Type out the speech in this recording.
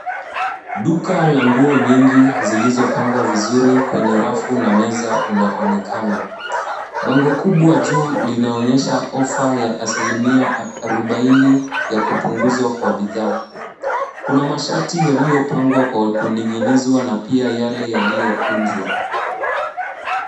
Duka la nguo nyingi zilizoangwa vizuri kwenye rafu na meza zinaonekana, bango kubwa juu linaonyesha ofa ya asilimia arobaoni ya kupunguzwa kwa bidhaa. Kuna mashati yaliyopangwa kwa kuning'inizwa na pia yale yaliyokunjwa.